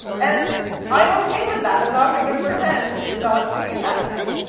and i'm okay with that. i'm not gonna pretend not to be that way.